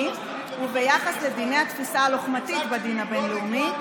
ומצד שני לא לתבוע מהם את הביטוח הלאומי.